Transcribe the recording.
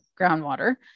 groundwater